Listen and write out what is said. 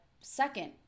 second